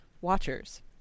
Watchers